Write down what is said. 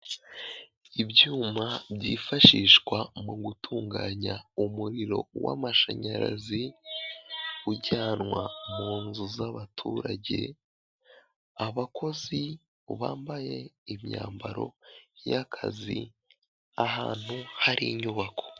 Ibyuma byifashishwa mu gutunganya umuriro w'amashanyarazi, ujyanwa mu nzu z'abaturage, abakozi bambaye imyambaro y'akazi, ahantu hari inyubako.